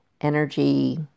energy